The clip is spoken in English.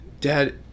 dad